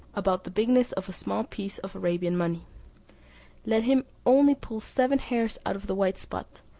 about the bigness of a small piece of arabian money let him only pull seven hairs out of the white spot,